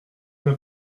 n’a